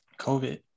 COVID